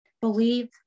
Believe